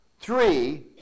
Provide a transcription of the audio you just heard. Three